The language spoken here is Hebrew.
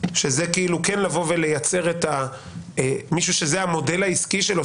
שזה כאילו כן לבוא ולייצר,\מישהו שזה המודל העסקי שלו,